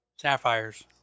Sapphires